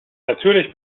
natürlich